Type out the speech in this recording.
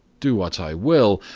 do what i will,